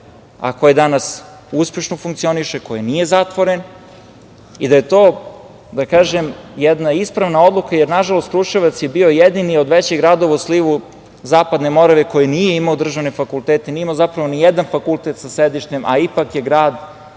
a koji danas uspešno funkcioniše, koji nije zatvoren. To je jedna ispravna odluka, jer nažalost, Kruševac je bio jedini od većih gradova u slivu Zapadne Morave, koji nije imao državne fakultete, nije zapravo imao nijedan fakultet sa sedištem, a ipak je grad